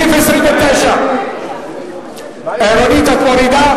מס' 29, רונית, את מורידה?